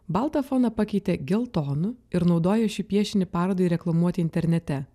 baltą foną pakeitė geltonu ir naudoja šį piešinį parodai reklamuoti internete